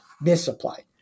misapplied